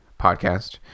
podcast